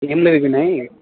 ఏమి లేదు వినయ్